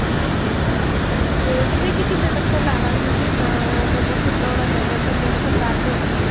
अच्छा अच्छा ते तुसेंगी किन्ने तकर लैना क्योंकी नां मतलब किन्ना होना चाहिदा किन्ने तकर बैठगेओ